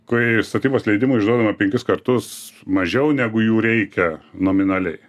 kai statybos leidimų išduodama penkis kartus mažiau negu jų reikia nominaliai